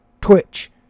Twitch